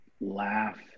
Laugh